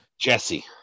Jesse